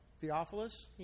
Theophilus